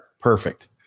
Perfect